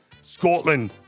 Scotland